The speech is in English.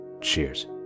cheers